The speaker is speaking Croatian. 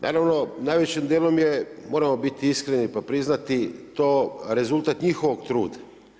Naravno najvišim dijelom je, moramo biti iskreni pa priznati to rezultat njihovog truda.